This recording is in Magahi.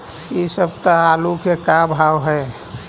इ सप्ताह आलू के का भाव है?